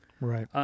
Right